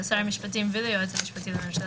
לשר המשפטים וליועץ המשפטי לממשלה,